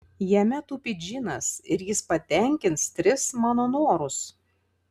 jame tupi džinas ir jis patenkins tris mano norus